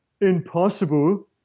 impossible